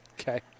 Okay